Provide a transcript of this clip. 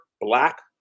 black